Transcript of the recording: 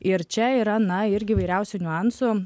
ir čia yra na irgi įvairiausių niuansų